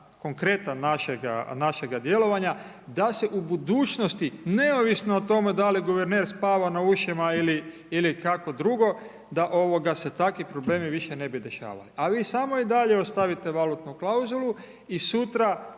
konkretan našega djelovanja da se u budućnosti neovisno o tome da li guverner spava na ušima ili kako drugo da se takvi problemi više ne bi dešavali. A vi samo i dalje ostavite valutnu klauzulu i sutra